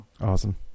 Awesome